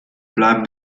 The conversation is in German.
bleiben